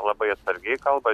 labai atsargiai kalba